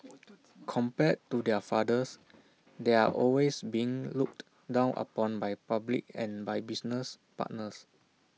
compared to their fathers they're always being looked down upon by public and by business partners